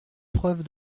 preuve